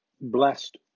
blessed